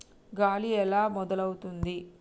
గాలి ఎలా మొదలవుతుంది?